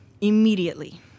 immediately